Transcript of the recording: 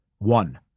one